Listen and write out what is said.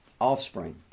offspring